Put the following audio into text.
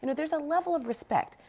you know there is a level of respect.